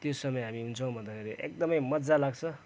त्यो समय हामी हुन्छौँ भन्दाखेरि एकदमै मजा लाग्छ